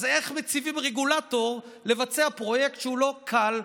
אז איך מציבים רגולטור לבצע פרויקט שהוא לא קל?